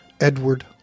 Edward